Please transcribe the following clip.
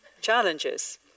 challenges